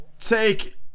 take